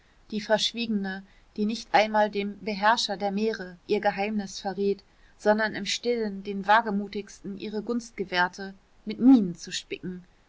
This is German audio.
die verschwiegene die nicht einmal dem beherrscher der meere ihr geheimnis verriet sondern im stillen dem wagemutigsten ihre gunst gewährte mit minen zu spicken